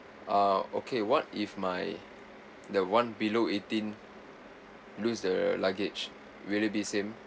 ah okay what if my the one below eighteen lose the luggage will it be same